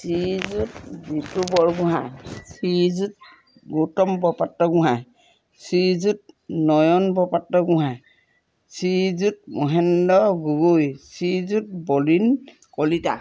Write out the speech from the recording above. Srijut Jitu Borgohain Shriyut Gautam Borpatragohain Shriyut Nayan Borpatragohain Shriyut Mahendra Gogoi Shriyut Bolin Kalita